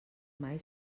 mai